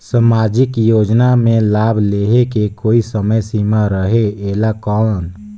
समाजिक योजना मे लाभ लहे के कोई समय सीमा रहे एला कौन?